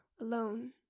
alone